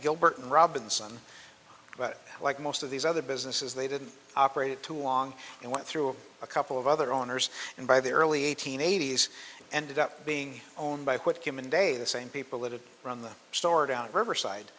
gilbert and robinson but like most of these other businesses they didn't operate too long and went through a couple of other owners and by the early eighteen eighties ended up being owned by what cumin day the same people that had run the storage out of riverside